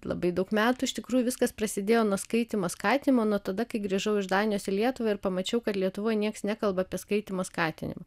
labai daug metų iš tikrųjų viskas prasidėjo nuo skaitymo skatinimo nuo tada kai grįžau iš danijos į lietuvą ir pamačiau kad lietuvoj nieks nekalba apie skaitymo skatinimą